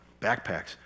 backpacks